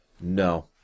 no